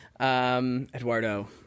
Eduardo